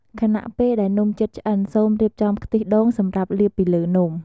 ខណៈពេលដែលនំជិតឆ្អិន សូមរៀបចំខ្ទិះដូងសម្រាប់លាបពីលើនំ។